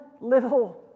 little